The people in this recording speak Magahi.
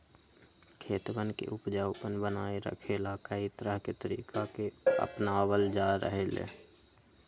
खेतवन के उपजाऊपन बनाए रखे ला, कई तरह के तरीका के अपनावल जा रहले है